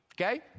okay